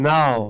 Now